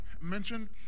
mentioned